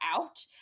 out